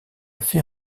fait